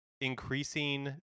increasing